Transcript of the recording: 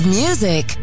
music